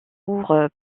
pour